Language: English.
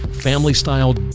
family-style